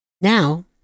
Now